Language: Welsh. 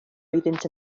oeddynt